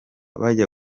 bajya